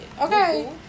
Okay